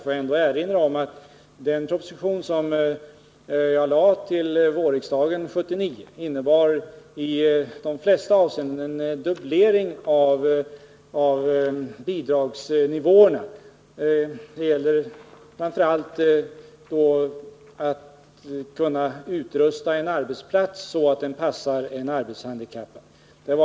Jag vill ändå erinra om att den proposition som jag förelade riksdagen våren 1979 innehöll förslag om en dubblering av bidragsnivåerna i flera avseenden, framför allt när det gällde möjligheterna att utrusta en arbetsplats så att den passar en arbetshandikappad.